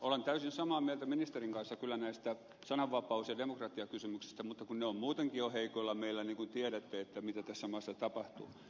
olen täysin samaa mieltä ministerin kanssa kyllä näistä sananvapaus ja demokratiakysymyksistä mutta ne ovat muutenkin meillä jo heikoilla niin kuin tiedätte mitä tässä maassa tapahtuu